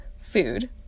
food